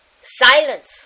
Silence